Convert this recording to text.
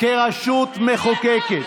אתה הרסת את הכנסת.